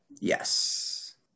Yes